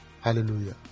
hallelujah